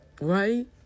Right